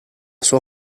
sua